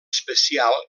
especial